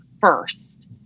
first